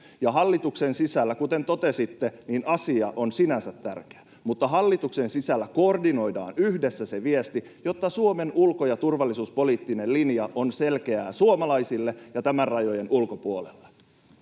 ulostuloja ei synny? Kuten totesitte, asia on sinänsä tärkeä, mutta hallituksen sisällä koordinoidaan yhdessä se viesti, jotta Suomen ulko- ja turvallisuuspoliittinen linja on selkeä suomalaisille ja rajojen ulkopuolella.